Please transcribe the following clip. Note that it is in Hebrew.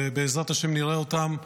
ובעזרת השם נראה אותם,